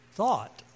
thought